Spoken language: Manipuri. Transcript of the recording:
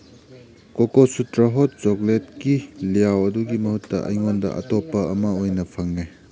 ꯀꯣꯀꯣꯁꯨꯇ꯭ꯔꯥ ꯍꯣꯠ ꯆꯣꯀ꯭ꯂꯦꯠꯀꯤ ꯂꯤꯌꯥꯎ ꯑꯗꯨꯒꯤ ꯃꯍꯨꯠꯇ ꯑꯩꯉꯣꯟꯗ ꯑꯇꯣꯞꯄ ꯑꯃ ꯑꯣꯏꯅ ꯐꯪꯉꯦ